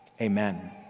amen